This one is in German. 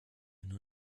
hin